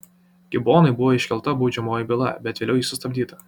gibonui buvo iškelta baudžiamoji byla bet vėliau ji sustabdyta